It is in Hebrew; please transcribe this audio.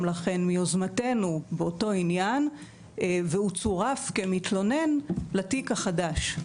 לכן מיוזמתנו באותו עניין והוא צורף כמתלונן לתיק החדש,